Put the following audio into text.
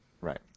Right